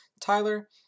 Tyler